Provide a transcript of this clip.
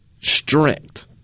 strength